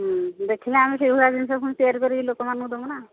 ହୁଁ ଦେଖିଲେ ଆମେ ସେଇଭଳିଆ ଜିନିଷ ପୁଣି ତିଆରି କରିକି ଲୋକମାନଙ୍କୁ ଦମୁ ନା